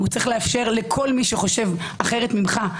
הוא צריך לאפשר לכל מי שחושב אחרת ממך.